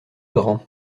grands